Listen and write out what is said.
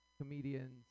comedians